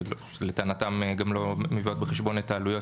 שלטענתם גם לא מביאות בחשבון את העלויות